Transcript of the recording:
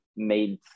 made